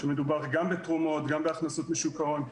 מדובר גם בתרומות, גם בהכנסות משוק ההון,